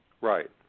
Right